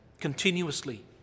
continuously